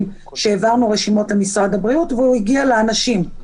שהעברנו רשימות למשרד הבריאות והוא הגיע לאנשים.